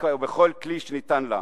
ובכל כלי שניתן לה.